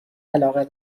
علاقه